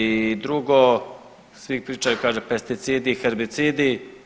I drugo, svi pričaju kaže pesticidi i herbicidi.